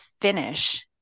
finish